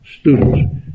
students